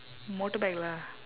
motorbike lah